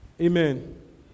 Amen